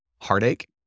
heartache